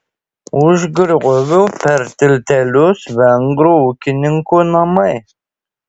už griovių per tiltelius vengrų ūkininkų namai